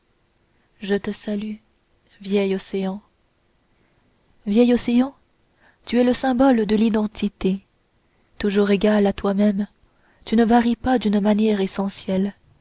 je te salue vieil océan vieil océan tu es le symbole de l'identité toujours égal à toi-même tu ne varies pas d'une manière essentielle